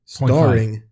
starring